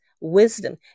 wisdom